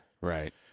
Right